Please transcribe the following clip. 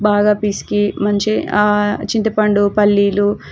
బాగా పిసికి మంచి చింతపండు పల్లీలు